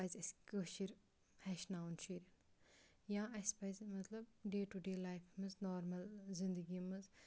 پَزِ اَسہِ کٲشِر ہیٚچھناوُن شُرۍ یا اَسہِ پَزِ مطلب ڈے ٹُہ ڈے لایفہِ منٛز نارمَل زندگی منٛز